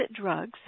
drugs